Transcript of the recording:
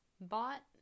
bought